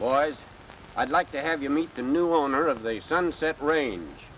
wise i'd like to have you meet the new owner of the sunset ring